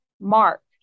Mark